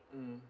mm